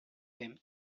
them